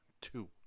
two